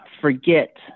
forget